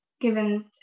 given